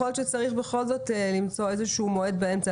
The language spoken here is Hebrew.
יכול להיות שצריך בכל זאת למצוא מועד באמצע.